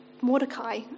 Mordecai